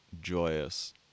joyous